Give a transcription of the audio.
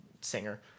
singer